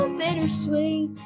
bittersweet